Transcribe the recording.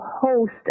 host